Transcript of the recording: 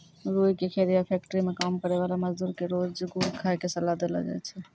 रूई के खेत या फैक्ट्री मं काम करै वाला मजदूर क रोज गुड़ खाय के सलाह देलो जाय छै